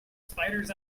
spiders